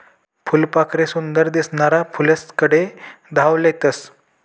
फुलपाखरे सुंदर दिसनारा फुलेस्कडे धाव लेतस